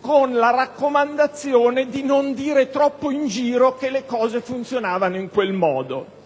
con la raccomandazione di non dire troppo in giro che le cose funzionavano in quel modo.